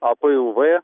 a p u v